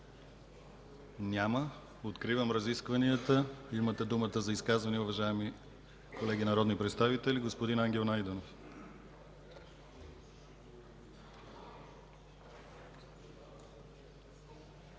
Няма. Откривам разискванията. Имате думата за изказвания, уважаеми колеги народни представители. Господин Ангел Найденов.